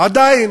עדיין.